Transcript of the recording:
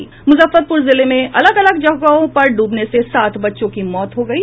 मुजफ्फरपुर जिले में अलग अलग जगहों पर डूबने से सात बच्चों की मौत हो गयी